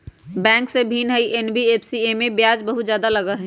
Bank से भिन्न हई एन.बी.एफ.सी इमे ब्याज बहुत ज्यादा लगहई?